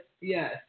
Yes